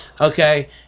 okay